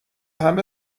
همه